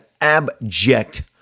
abject